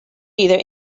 either